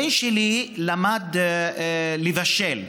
הבן שלי למד לבשל.